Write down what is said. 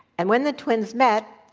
and when the twins met,